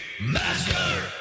Master